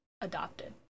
adopted